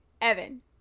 Evan